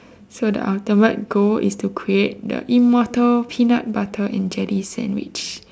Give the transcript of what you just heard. so the ultimate goal is to create the immortal peanut butter and jelly sandwich